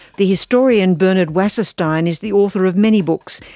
the historian bernard wasserstein is the author of many books,